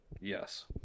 Yes